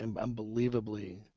unbelievably